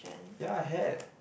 ya had